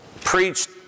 preached